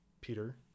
Peter